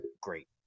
great